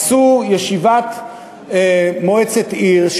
עשו ישיבת מועצת עיר,